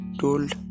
told